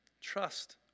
trust